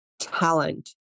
talent